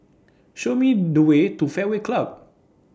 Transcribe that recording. Show Me The Way to Fairway Club